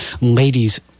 ladies